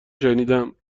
شنیدم